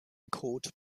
anchored